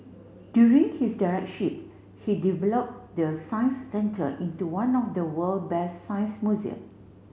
during his direct ship he developed the Science Centre into one of the world best science museum